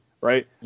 right